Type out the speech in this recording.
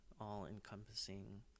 all-encompassing